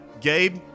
Gabe